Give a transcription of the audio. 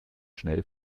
schnell